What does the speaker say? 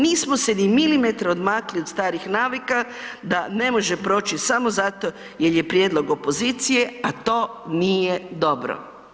Nismo se ni milimetra odmakli od starih navika da ne može proći samo zato jer je prijedlog opozicije, a to nije dobro.